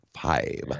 five